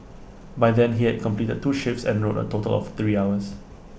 by then he had completed two shifts and rowed A total of three hours